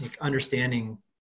understanding